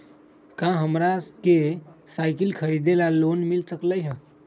का हमरा के साईकिल खरीदे ला लोन मिल सकलई ह?